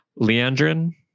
Leandrin